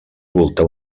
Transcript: voltar